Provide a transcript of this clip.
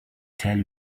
tell